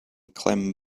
clem